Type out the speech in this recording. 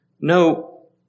No